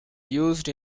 used